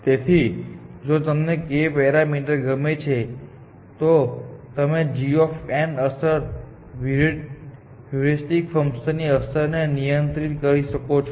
તેથી જો તમને k પેરામીટર ગમે છે તો તમે g અસર વિરુદ્ધ હ્યુરિસ્ટિક ફંકશન ની અસરને નિયંત્રિત કરી શકો છો